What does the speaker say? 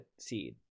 Seed